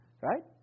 right